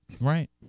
Right